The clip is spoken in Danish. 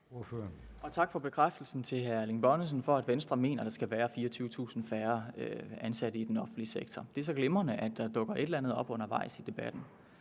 for bekræftelsen på, at Venstre mener, at der skal være 24.000 færre ansatte i den offentlige sektor. Det er glimrende, at der dukker et eller andet op undervejs i debatten.